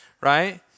right